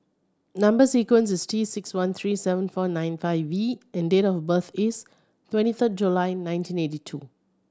number sequence is T six one three seven four nine five V and date of birth is twenty third July nineteen eighty two